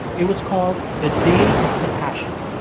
it was called the day of compassion.